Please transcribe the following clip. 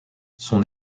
son